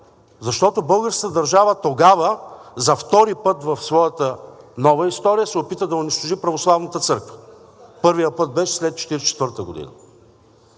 Защото българската държава тогава, за втори път в своята нова история, се опита да унищожи православната църква. Първият път беше след 1944 г.